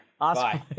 Awesome